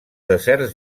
deserts